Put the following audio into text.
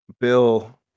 Bill